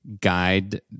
guide